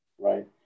right